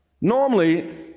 Normally